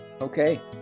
okay